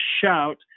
shout